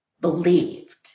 believed